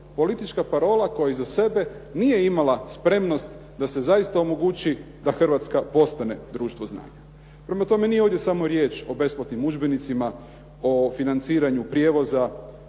politička parola koja iza sebe nije imala spremnost da se zaista omogući da Hrvatska postane društvo znanja. Prema tome nije ovdje samo riječ o besplatnim udžbenicima, o financiranju prijevoza,